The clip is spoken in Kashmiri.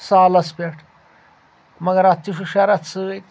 سالَس پؠٹھ مگر اَتھ تہِ چھُ شَرَتھ سۭتۍ